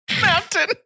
Mountain